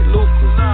Lucas